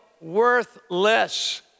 worthless